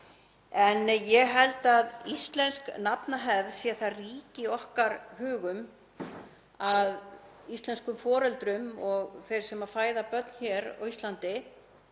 Ég held að íslensk nafnahefð sé það rík í okkar hugum að íslenskum foreldrum og þeim sem fæða börn á Íslandi